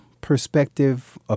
perspective